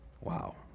Wow